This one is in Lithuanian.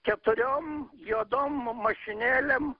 keturiom juodom mašinėlėm